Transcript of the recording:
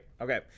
Okay